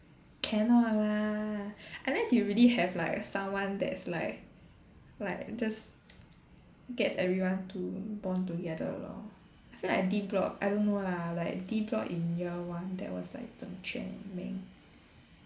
cannot lah unless you already have like someone that's like like just gets everyone to bond together lor I feel like D block I don't know lah like D block in year one there was like Zheng Quan and Ming